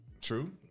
True